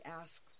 ask